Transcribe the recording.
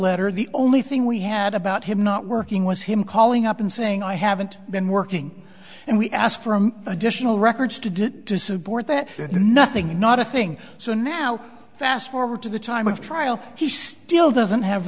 letter the only thing we had about him not working was him calling up and saying i haven't been working and we asked from additional records to do to support that nothing not a thing so now fast forward to the time of trial he still doesn't have